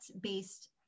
based